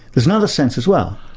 there's another sense as well.